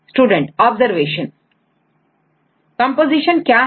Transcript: student observation composition क्या है